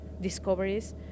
discoveries